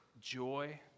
joy